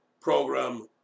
program